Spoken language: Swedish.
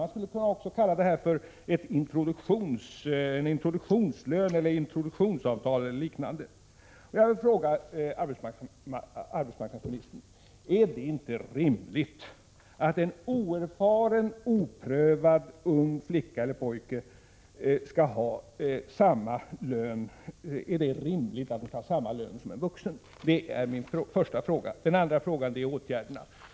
Man skulle kunna kalla det för introduktionslön, introduktionsavtal eller något liknande. Jag vill fråga arbetsmarknadsministern: Är det rimligt att en oerfaren, oprövad ung flicka eller pojke skall ha samma lön som en vuxen? Det är min första fråga. Den andra frågan gäller åtgärderna.